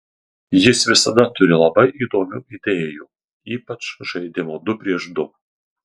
jis visada turi labai įdomių idėjų ypač žaidimo du prieš du